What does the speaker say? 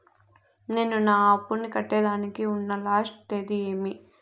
నేను నా అప్పుని కట్టేదానికి ఉన్న లాస్ట్ తేది ఏమి?